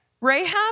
Rahab